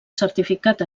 certificat